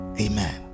Amen